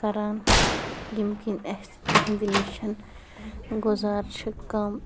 کَران ییٚمہِ کِن اَسہِ تہنٛدِ نِش گُزار چھِ کَم